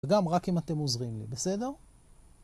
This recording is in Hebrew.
גם רק אם אתם עוזרים לי, בסדר?